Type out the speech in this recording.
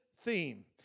theme